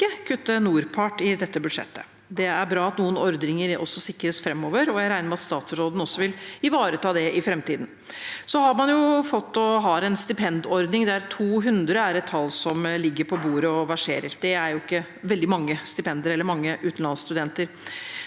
ikke å kutte i NORPART i dette budsjettet. Det er bra at noen ordninger også sikres framover, og jeg regner med at statsråden vil ivareta det i framtiden. Så har man en stipendordning der 200 er et tall som ligger på bordet, og som verserer. Det er ikke veldig mange stipender eller utenlandsstudenter.